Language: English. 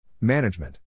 Management